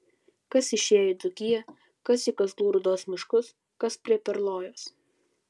kas išėjo į dzūkiją kas į kazlų rūdos miškus kas prie perlojos